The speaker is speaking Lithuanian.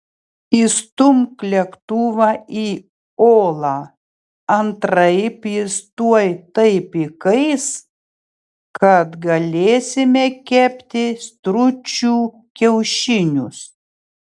įstumk lėktuvą į olą antraip jis tuoj taip įkais kad galėsime kepti stručių kiaušinius